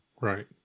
Right